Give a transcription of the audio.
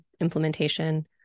implementation